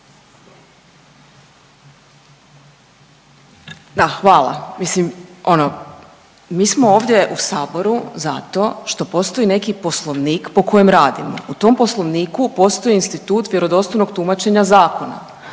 Da hvala. Mislim ono mi smo ovdje u Saboru zato što postoji neki poslovnik po kojem radimo u tom poslovniku postoji institut vjerodostojnog tumačenja zakona.